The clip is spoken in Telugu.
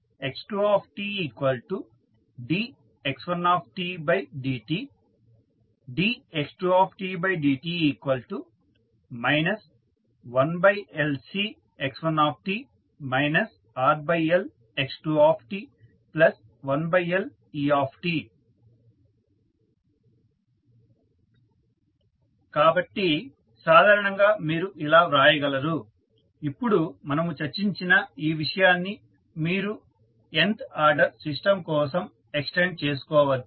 x2tdx1dt dx2dt 1LCx1t RLx2t1Let కాబట్టి సాధారణంగా మీరు ఇలా వ్రాయగలరు ఇప్పుడు మనము చర్చించిన ఈ విషయాన్ని మీరు n వ ఆర్డర్ సిస్టమ్ కోసం ఎక్స్టెండ్ చేసుకోవచ్చు